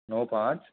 णव पांच